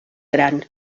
gran